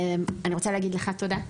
אני רוצה להגיד לך תודה,